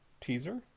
Teaser